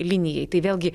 linijai tai vėlgi